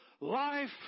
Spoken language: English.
life